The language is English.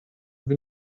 with